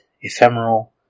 Ephemeral